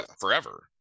forever